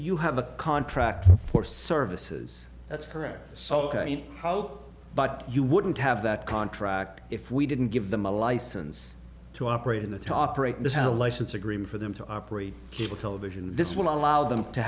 you have a contract for services that's correct so ok how but you wouldn't have that contract if we didn't give them a license to operate in the top rate this is a license agreement for them to operate cable television this woman allow them to